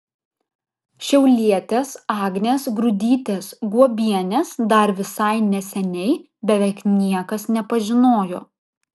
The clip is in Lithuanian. šiaulietės agnės grudytės guobienės dar visai neseniai beveik niekas nepažinojo